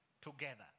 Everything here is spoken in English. together